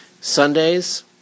Sunday's